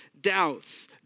doubts